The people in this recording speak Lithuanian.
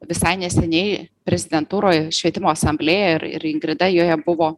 visai neseniai prezidentūroj švietimo asamblėja ir ir ingrida joje buvo